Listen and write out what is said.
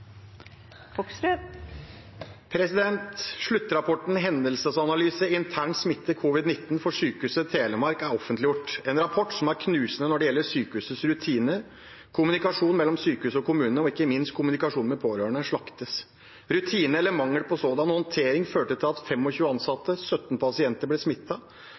offentliggjort, en rapport som er knusende når det gjelder sykehusets rutiner. Kommunikasjonen mellom sykehuset og kommunene, og ikke minst kommunikasjonen med pårørende, slaktes. Rutinene, eller mangelen på sådan, og håndteringen førte til at 25 ansatte og 17 pasienter ble